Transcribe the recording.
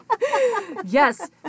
Yes